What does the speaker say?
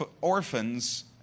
orphans